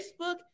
Facebook